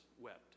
wept